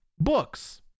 Books